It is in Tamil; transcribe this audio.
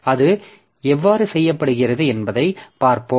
அது எவ்வாறு செய்யப்படுகிறது என்பதைப் பார்ப்போம்